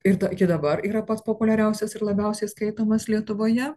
ir iki dabar yra pats populiariausias ir labiausiai skaitomas lietuvoje